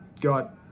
got